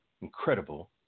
incredible